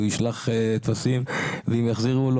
הוא ישלח טפסים ואם יחזירו לו,